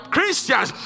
Christians